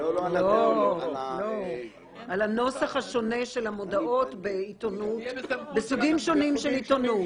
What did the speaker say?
על הנוסח השונה של המודעות בסוגים שונים של עיתונות.